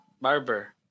Barber